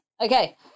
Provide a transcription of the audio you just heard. Okay